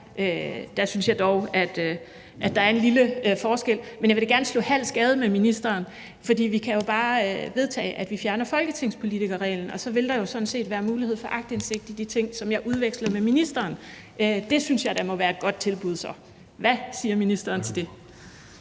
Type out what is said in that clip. Der synes jeg dog at der er en lille forskel. Men jeg vil da gerne mødes på midten med ministeren, for vi kan jo bare vedtage, at vi fjerner folketingspolitikerreglen, og så vil der jo sådan set være mulighed for aktindsigt i de ting, som jeg udveksler med ministeren. Det synes jeg da må være et godt tilbud så. Hvad siger ministeren til det?